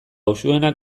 usuenak